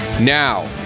Now